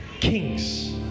kings